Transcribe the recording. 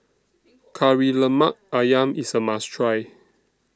Kari Lemak Ayam IS A must Try